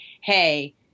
hey